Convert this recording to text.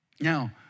Now